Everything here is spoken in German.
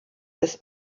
des